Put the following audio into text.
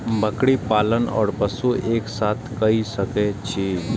बकरी पालन ओर पशु एक साथ कई सके छी?